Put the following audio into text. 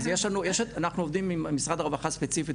אז אנחנו עובדים עם משרד הרווחה ספציפית